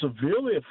severely